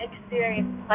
experience